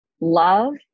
love